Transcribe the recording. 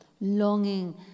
longing